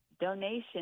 donation